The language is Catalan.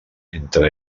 entre